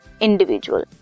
individual